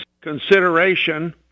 consideration